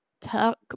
talk